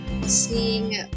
seeing